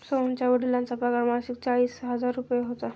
सोहनच्या वडिलांचा पगार मासिक चाळीस हजार रुपये होता